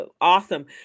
awesome